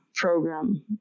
Program